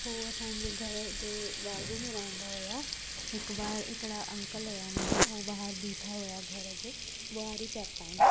हो असांजे घर जे बाजू में रहंदा हुया हिक ॿार हिकिड़ा अंकल हुया मुंहिंजा हो ॿाहिरि ॿीठा हुया घर जे ॿुहारी पिया पाइन